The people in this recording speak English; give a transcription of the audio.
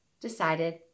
decided